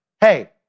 Hey